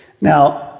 Now